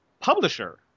publisher